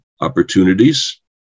Opportunities